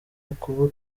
ukuba